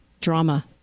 drama